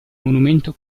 monumento